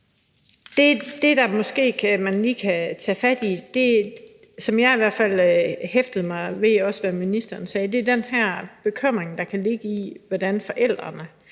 som man måske lige kan tage fat i, og som jeg i hvert fald også hæftede mig ved i det, som ministeren sagde, er den bekymring, der kan ligge i, hvad det